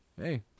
hey